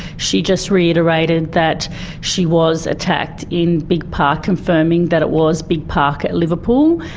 she just reiterated that she was attacked in bigge park, confirming that it was bigge park at liverpool,